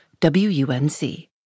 WUNC